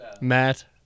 Matt